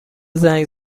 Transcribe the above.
زنگ